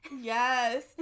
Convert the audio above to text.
Yes